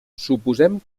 suposem